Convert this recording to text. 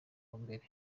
mbere